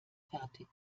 fertig